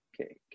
okay